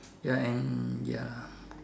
ya and ya lah